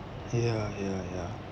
ya ya ya